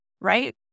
right